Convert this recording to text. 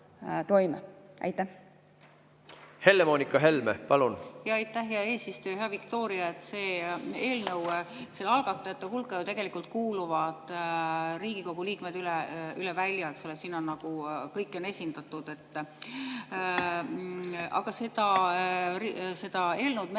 Helle-Moonika Helme, palun!